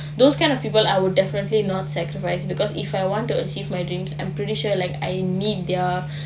those kind of people I definitely not sacrifice because if I want to achieve my dreams I'm pretty sure like I need their